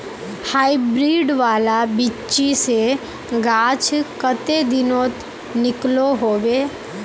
Hybrid वाला बिच्ची से गाछ कते दिनोत निकलो होबे?